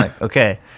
okay